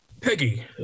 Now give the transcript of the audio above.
Peggy